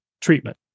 treatment